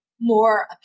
more